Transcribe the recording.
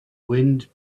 wind